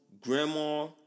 grandma